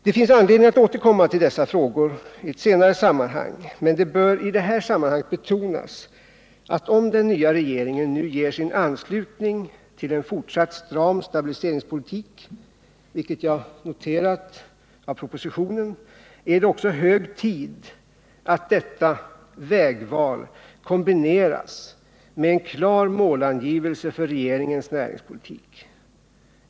Vi får anledning att återkomma till dessa frågor, men det bör i detta sammanhang betonas att om den nya regeringen nu ger sin anslutning till en fortsatt stram stabiliseringspolitik — vilket jag noterat efter att ha tagit del av propositionen — är det också hög tid att detta vägval kombineras med en klar målangivelse för regeringens näringspolitik.